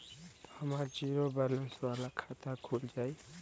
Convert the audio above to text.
हमार zero balance वाला खाता खुल जाई?